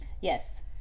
Yes